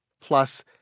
plus